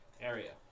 area